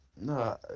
No